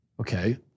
Okay